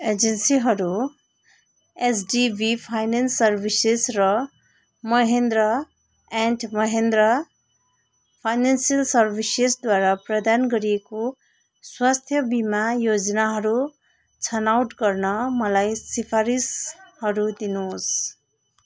एजेन्सीहरू HDB finance services र Mahindra and Mahindra financial सर्भिसेसद्वारा प्रदान गरिएको स्वास्थ्य बिमा योजनाहरू छनौट गर्न मलाई सिफारिसहरू दिनुहोस्